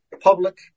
public